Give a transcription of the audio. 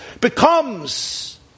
becomes